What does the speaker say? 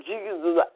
Jesus